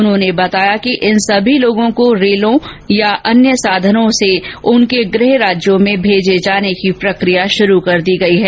उन्होंने बताया कि इन सभी लोगों को रेलों और अन्य साधनों से उनके गृह राज्यों में भेजे जाने की प्रक्रिया शुरू कर दी गई है